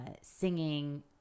singing